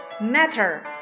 Matter